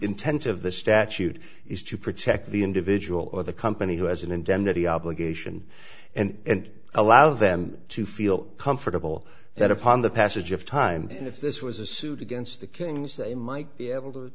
intent of the statute is to protect the individual or the company who has an indemnity obligation and allow them to feel comfortable that upon the passage of time and if this was a suit against the kings they might be able to